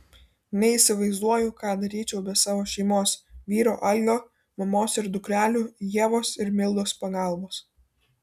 neįsivaizduoju ką daryčiau be savo šeimos vyro algio mamos ir dukrelių ievos ir mildos pagalbos